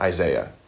Isaiah